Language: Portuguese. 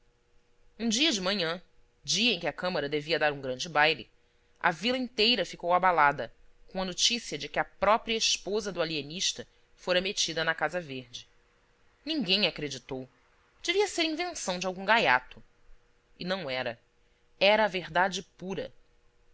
um dia de manhãdia em que a câmara devia dar um grande baile a vila inteira ficou abalada com a notícia de que a própria esposa do alienista fora metida na casa verde ninguém acreditou devia ser invenção de algum gaiato e não era era a verdade pura